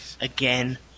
Again